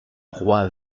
roi